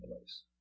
place